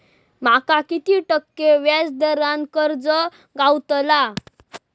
माका किती टक्के व्याज दरान कर्ज गावतला?